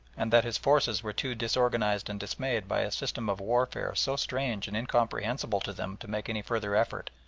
and that his forces were too disorganised and dismayed by a system of warfare so strange and incomprehensible to them to make any further effort,